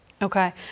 Okay